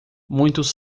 muitos